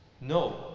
No